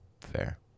Fair